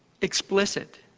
explicit